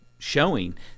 showing